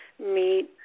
meet